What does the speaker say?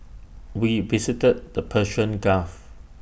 we visited the Persian gulf